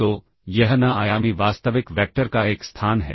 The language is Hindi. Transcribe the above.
तो यह n आयामी वास्तविक वैक्टर का एक स्थान है